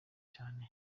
cyane